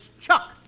Chuck